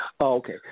Okay